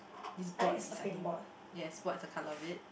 this board beside him yes what's the colour of it